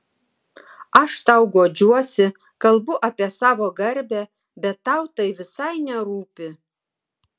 aš tau guodžiuosi kalbu apie savo garbę bet tau tai visai nerūpi